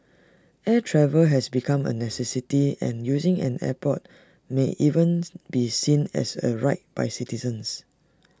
air travel has become A necessity and using an airport may even be seen as A right by citizens